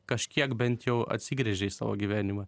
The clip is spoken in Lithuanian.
kažkiek bent jau atsigręžia į savo gyvenimą